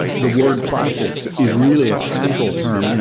the word plastics is really a catchall term, you know